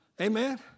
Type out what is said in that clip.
Amen